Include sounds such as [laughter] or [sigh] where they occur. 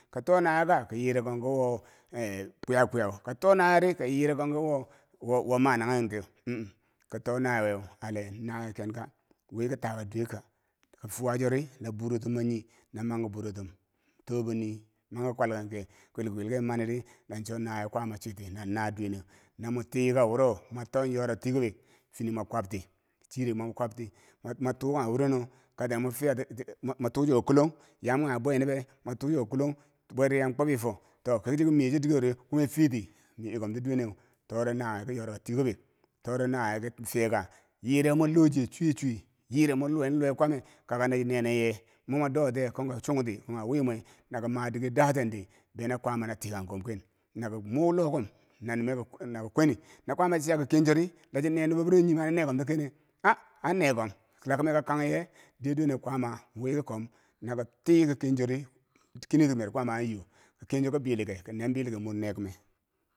Ko to nawe ka konyere konki wo kwiya kwiyau, koyire konki wo, wo managhentiyeu o o koto nawayeu ale, naweye kenka wike taka duwekka, ka fuwa chori barotum bo, nyi no- manki burotum to boni manki kwalkangke kwilikwilike mani ri la cho nawiye kwaama chwiti na naa duweneu. na mwi tii ka wuro mwito yora tikobek fini mwa kwabti chire mwa kwabti motu kanghe wuren no katen mwa fiyati [hesitation] mo tiu chuko kulong yam kanghe bwe nibwe tuu chuko kulong bwe diriya kwobi fo to ki choki miye chodike wori, kume fiti me nyi komti duweneu toore nawiye ki yorka tiikobe, tore nawiye ki fiyeka, yire mwi lochiu chuwe chuwe yire mwi luweu luwe kwamme kakaa nachi ye? mo ma dotiye, kom ka chungti kanghe wimwe nako nma dike datendi be na kwaama tikang kom. ko kwen naki muu lokum na nume nako kweni. Na kwaama chiya ko ken chori la cho ne nubo birendo nyi mania nekomti kene? ah an nekom, la kime ka kangye? diye duwene kwaama wii ki kom na ko tii ko kenchori, kini kimero kwaama an yo ki ken cho ki bilenke, ko nem bilenke mor ne kime.